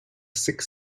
six